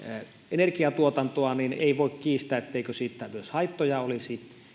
energiatuotantoa niin ei voi kiistää etteikö siitä myös haittoja olisi